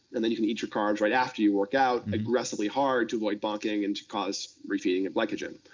and then you can eat your carbs right after you work out and aggressively hard to avoid bonking and to cause re-feeding of glycogen.